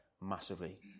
massively